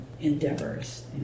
endeavors